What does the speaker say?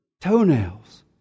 toenails